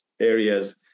areas